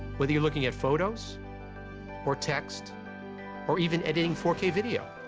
whether you're looking at photos or text or even editing four k video,